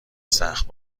سخت